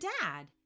dad